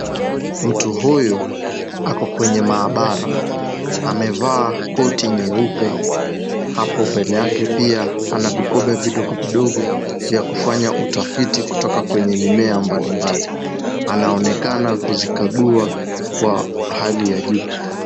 Mtu huyu ako kwenye maabara. Amevaa koti nyeupe, hapo mbele yake pia ana vikombe vidogovidogo vya kufanya utafiti kutoka kwenye mimea mbalimbali. Anaonekana kuzikagua kwa hali ya juu.